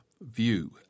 view